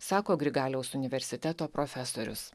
sako grigaliaus universiteto profesorius